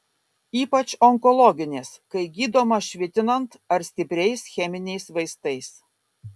ypač onkologinės kai gydoma švitinant ar stipriais cheminiais vaistais